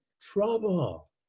trouble